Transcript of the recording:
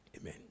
Amen